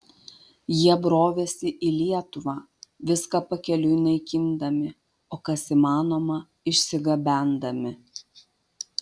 jie brovėsi į lietuvą viską pakeliui naikindami o kas įmanoma išsigabendami